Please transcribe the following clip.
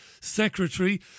Secretary